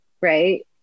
Right